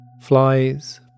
flies